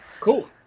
cool